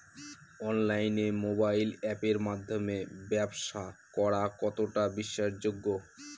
অনলাইনে মোবাইল আপের মাধ্যমে ব্যাবসা করা কতটা বিশ্বাসযোগ্য?